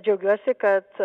džiaugiuosi kad